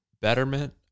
betterment